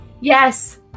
Yes